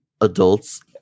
adults